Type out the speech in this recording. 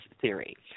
theory